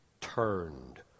turned